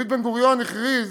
דוד בן-גוריון הכריז: